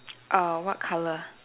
err what color